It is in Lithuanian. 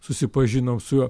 susipažinom su juo